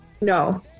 No